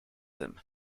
tym